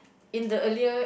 in the earlier